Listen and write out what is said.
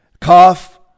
cough